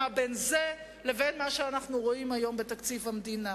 מה בין זה לבין מה שאנחנו רואים היום בתקציב המדינה.